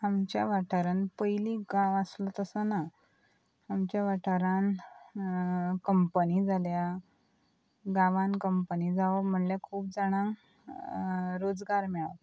आमच्या वाठारान पयलीं गांव आसलो तसो ना आमच्या वाठारान कंपनी जाल्या गांवान कंपनी जावप म्हणल्यार खूब जाणांक रोजगार मेळप